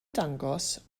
dangos